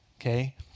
Okay